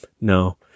no